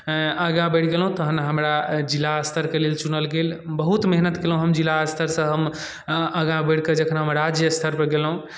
आगाँ बढ़ि गेलहुँ तखन हमरा जिला स्तरके लेल चुनल गेल बहुत मेहनत केलहुँ हम जिला स्तरसँ हम आगाँ बढ़ि कऽ जखन हम राज्य स्तरपर गेलहुँ